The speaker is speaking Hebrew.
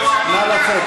נא לצאת.